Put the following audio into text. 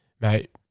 mate